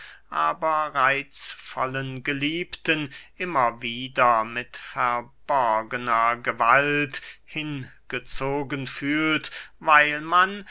aber reitzvollen geliebten immer wieder mit verborgener gewalt hingezogen fühlt weil man